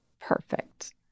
perfect